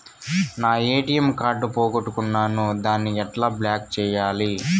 నా ATM card పోగొట్టుకున్నాను, దాన్ని ఎట్లా బ్లాక్ సేయాలి?